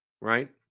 Right